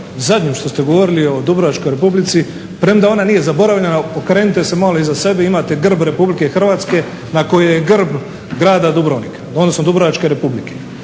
zadnjim što ste govorili o Dubrovačkoj Republici premda ona nije zaboravljena. Okrenite se malo iza sebe. Imate grb Republike Hrvatske na kojoj je grb grada Dubrovnika, odnosno Dubrovačke Republike.